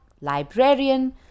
librarian